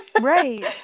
Right